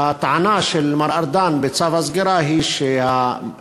הטענה של מר ארדן בצו הסגירה היא שערוץ